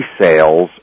sales